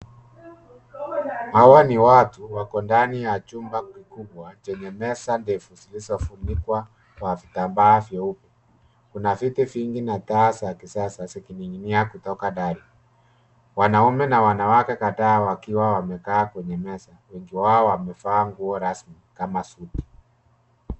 Hawa ni watu wako ndani ya chumba kikubwa chenye meza ndefu zilizofunikwa kwa kitambaa vyeupe. Kuna viti vingi na taa za kisasa zikining'inia kutoka dari. Wanaume na wanawake kadhaa wakiwa wamekaa kwenye meza. Wengi wao wamevaa nguo rasmi kama suti.